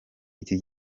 iki